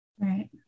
Right